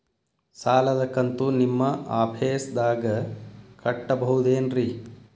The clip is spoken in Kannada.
ಸಾಲದ ಕಂತು ನಿಮ್ಮ ಆಫೇಸ್ದಾಗ ಕಟ್ಟಬಹುದೇನ್ರಿ?